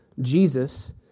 Jesus